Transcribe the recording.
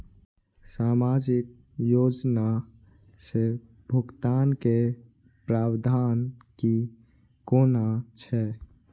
सामाजिक योजना से भुगतान के प्रावधान की कोना छै?